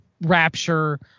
rapture